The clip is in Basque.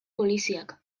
poliziak